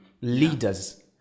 leaders